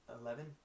Eleven